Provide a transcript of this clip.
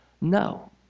No